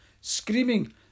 Screaming